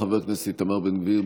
חבר הכנסת איתמר בן גביר,